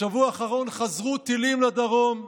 בשבוע האחרון חזרו טילים לדרום,